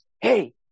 hey